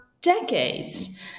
decades